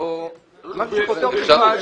או משהו שפוטר אותך.